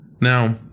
now